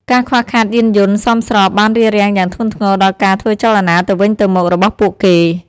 ការខ្វះខាតយានយន្តសមស្របបានរារាំងយ៉ាងធ្ងន់ធ្ងរដល់ការធ្វើចលនាទៅវិញទៅមករបស់ពួកគេ។